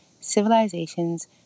civilizations